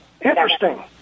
Interesting